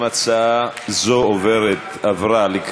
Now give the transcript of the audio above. ההצעה להעביר את הצעת חוק הביטוח הלאומי (תיקון,